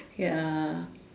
ya